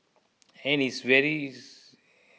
and it's very